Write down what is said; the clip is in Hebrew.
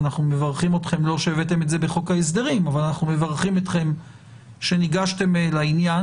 ואנחנו מברכים אתכם - לא שהבאתם את זה בחוק ההסדרים שניגשתם לעניין.